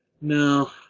No